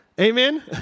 Amen